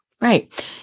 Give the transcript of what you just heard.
right